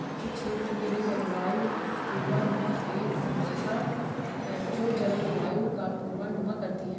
किसी क्षेत्र के लिए जलवायु पूर्वानुमान एक संस्था है जो जलवायु का पूर्वानुमान करती है